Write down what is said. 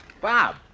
Bob